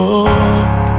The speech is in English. Lord